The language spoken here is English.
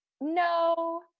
no